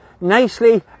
nicely